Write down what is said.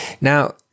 Now